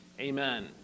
Amen